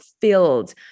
filled